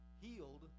healed